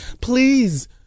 please